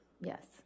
Yes